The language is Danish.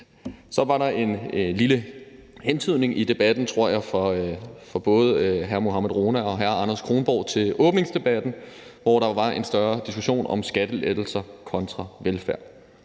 Så var der en lille hentydning i debatten, tror jeg, fra både hr. Mohammad Rona og hr. Anders Kronborg til åbningsdebatten, hvor der jo var en større diskussion om skattelettelser kontra velfærd.